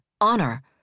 Honor